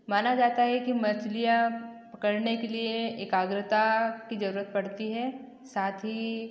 माना जाता है कि मछलियाँ पकड़ने के लिए एकाग्रता कि जरूरत पड़ती है साथ ही